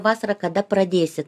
vasarą kada pradėsit